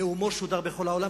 נאומו שודר בכל העולם,